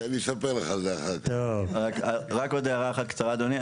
רק עוד הערה אחת קצרה, אדוני.